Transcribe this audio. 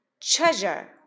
treasure